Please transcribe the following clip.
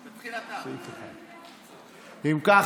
אם כך,